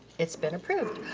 it's been approved.